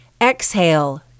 Exhale